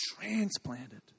transplanted